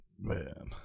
Man